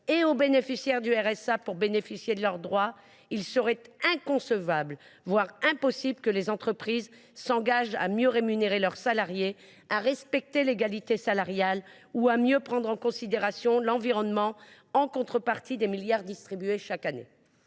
et aux allocataires du RSA pour qu’ils puissent bénéficier de leurs droits estiment qu’il serait inconcevable que les entreprises s’engagent à mieux rémunérer leurs salariés, à respecter l’égalité salariale ou à mieux prendre en considération l’environnement en contrepartie des milliards distribués chaque année.